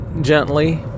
gently